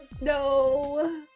No